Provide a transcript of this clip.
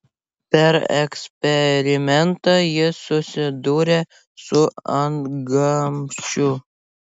per eksperimentą jis susiduria su antgamčiu